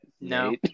No